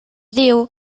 diu